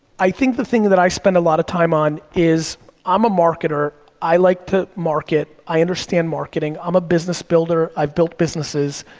i think the thing that i spend a lot of time on is i'm a marketer, i like to market, i understand marketing, i'm a business builder, i've built businesses.